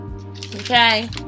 Okay